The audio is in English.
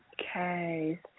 Okay